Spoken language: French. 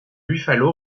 buffalo